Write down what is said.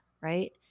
right